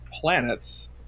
planets